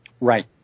Right